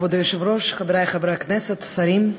כבוד היושב-ראש, חברי חברי הכנסת, שרים,